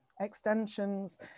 extensions